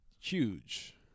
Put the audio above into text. huge